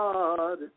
God